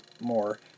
more